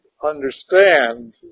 understand